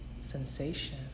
sensation